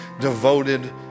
devoted